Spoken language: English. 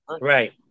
Right